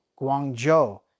Guangzhou